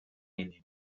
mínim